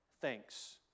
thanks